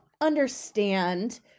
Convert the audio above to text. understand